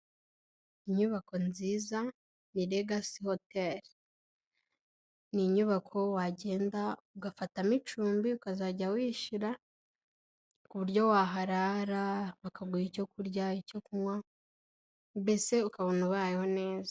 Inyubako nziza ya Regasi hoteli. Ni inyubako wagenda ugafatamo icumbi ukazajya wishyura, ku buryo waharara, bakaguha icyo kurya, icyo kunywa, mbese ukabona ubayeho neza.